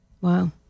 Wow